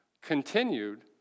continued